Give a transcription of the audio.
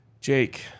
Jake